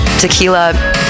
tequila